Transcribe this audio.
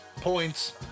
points